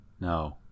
No